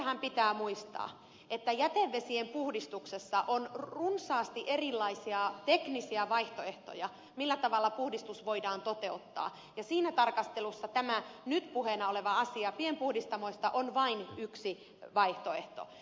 sinänsähän pitää muistaa että jätevesien puhdistuksessa on runsaasti erilaisia teknisiä vaihtoehtoja millä tavalla puhdistus voidaan toteuttaa ja siinä tarkastelussa tämä nyt puheena oleva asia pienpuhdistamoista on vain yksi vaihtoehto